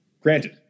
Granted